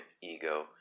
ego